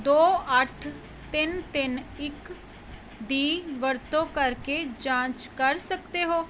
ਦੋ ਅੱਠ ਤਿੰਨ ਤਿੰਨ ਇੱਕ ਦੀ ਵਰਤੋਂ ਕਰਕੇ ਜਾਂਚ ਕਰ ਸਕਦੇ ਹੋ